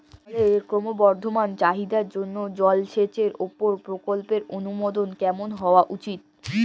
জলের ক্রমবর্ধমান চাহিদার জন্য জলসেচের উপর প্রকল্পের অনুমোদন কেমন হওয়া উচিৎ?